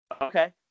Okay